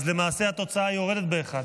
אז למעשה התוצאה יורדת באחד.